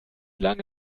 lange